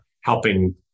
helping